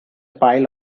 pile